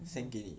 send 给你